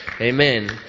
Amen